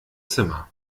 zimmer